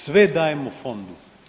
Sve dajemo fondu.